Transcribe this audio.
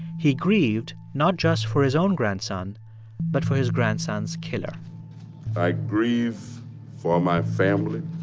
he grieved not just for his own grandson but for his grandson's killer i grieve for my family.